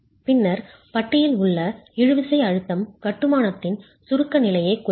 பின்னர் பட்டியில் உள்ள இழுவிசை அழுத்தம் கட்டுமானத்தின் சுருக்க நிலையை குறைக்கும்